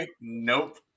Nope